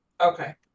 Okay